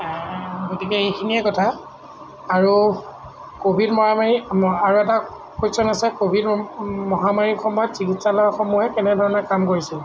গতিকে এইখিনিয়েই কথা আৰু ক'ভিড মহামাৰি ম আৰু এটা কোৱেশ্যন আছে ক'ভিড মহামাৰীৰ সময়ত চিকিৎসালয়সমূহে কেনেধৰণে কাম কৰিছিল